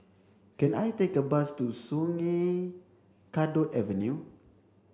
can I take a bus to Sungei Kadut Avenue